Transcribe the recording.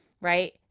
Right